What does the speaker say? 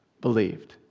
believed